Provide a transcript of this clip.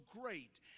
great